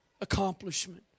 accomplishment